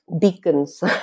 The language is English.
beacons